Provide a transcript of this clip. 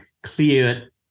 clear